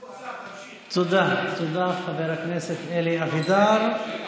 תודה, חבר הכנסת אלי אבידר.